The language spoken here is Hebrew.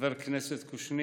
חבר הכנסת קושניר,